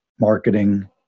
marketing